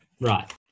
Right